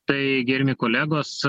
tai gerbiami kolegos